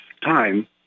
time